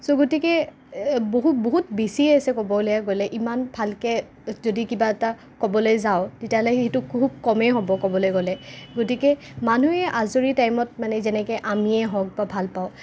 চ' গতিকে বহু বহুত বেছি আছে ক'বলৈ গ'লে ইমান ভালকে যদি কিবা এটা ক'বলৈ যাওঁ তেতিয়াহ'লে সেইটো খুব কমেই হ'ব ক'বলৈ গ'লে গতিকে মানুহে আজৰি টাইমত মানে যেনেকে আমি হওক বা ভাল পাওঁ